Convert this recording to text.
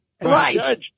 Right